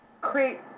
create